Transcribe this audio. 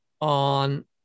on